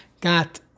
got